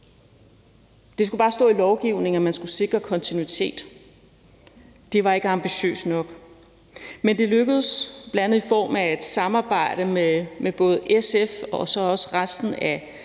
Det skulle bare stå i lovgivningen, at man skulle sikre kontinuitet. Det var ikke ambitiøst nok, men det lykkedes, bl.a. i form af et samarbejde med både SF og resten af